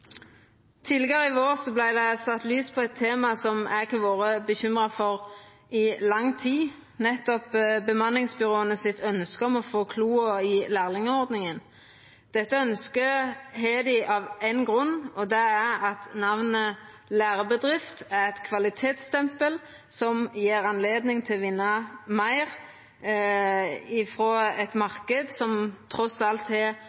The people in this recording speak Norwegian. Tidlegare i vår vart det sett lys på eit tema som eg har vore bekymra for i lang tid, nettopp ønsket til bemanningsbyråa om å få kloa i lærlingordninga. Dette ønsket har dei av ein grunn, og det er at namnet «lærebedrift» er eit kvalitetsstempel som gjev anledning til å vinna meir frå ein marknad som trass alt har